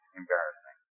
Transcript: embarrassing